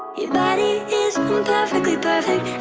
your body is imperfectly